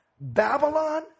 Babylon